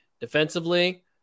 Defensively